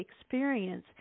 experience